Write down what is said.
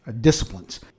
disciplines